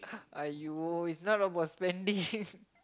!aiyo! is not about spending